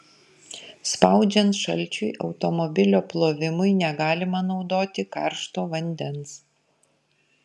spaudžiant šalčiui automobilio plovimui negalima naudoti karšto vandens